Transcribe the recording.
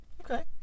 okay